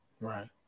Right